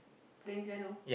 play piano